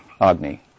Agni